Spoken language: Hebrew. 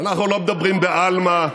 אנחנו לא מדברים בעלמא.